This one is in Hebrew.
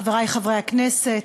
חברי חברי הכנסת,